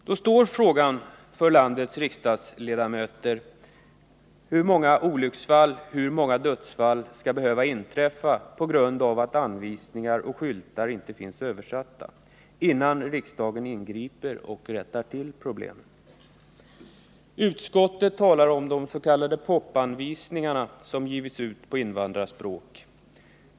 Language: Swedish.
Då är frågan för landets riksdagsledamöter: Hur många olycksfall, hur många dödsfall skall behöva inträffa på grund av att anvisningar och skyltar inte finns översatta, innan riksdagen ingriper och rättar till problemen? Utskottet talar om de s.k. pop-anvisningarna som givits ut på invandrarspråk.